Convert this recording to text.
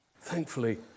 Thankfully